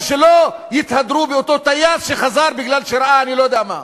ושלא יתהדרו באותו טייס שחזר בגלל שראה אני לא יודע מה.